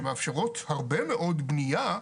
שמאפשרות הרבה מאוד בנייה,